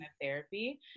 therapy